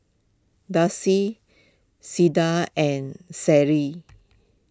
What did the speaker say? Darcy Cleda and Sadye